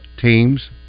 teams